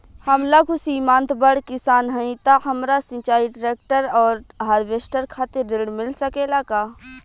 हम लघु सीमांत बड़ किसान हईं त हमरा सिंचाई ट्रेक्टर और हार्वेस्टर खातिर ऋण मिल सकेला का?